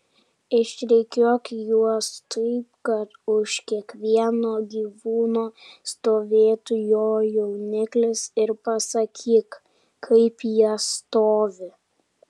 išrikiuok juos taip kad už kiekvieno gyvūno stovėtų jo jauniklis ir pasakyk kaip jie stovi